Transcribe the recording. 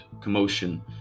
commotion